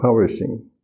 publishing